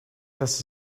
this